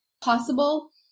possible